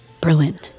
Berlin